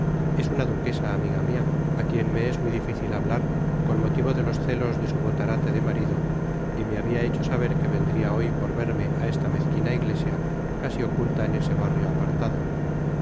es una duquesa amiga mia á quien me es muy dificil hablar con motivo de los celos de su botarate de marido y me habia hecho saber que vendria hoy por verme á esta mezquina iglesia casi oculta en ese barrio apartado